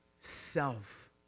self